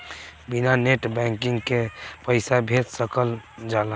बिना net banking के पईसा भेज सकल जाला?